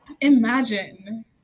Imagine